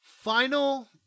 Final